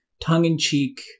tongue-in-cheek